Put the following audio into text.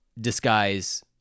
disguise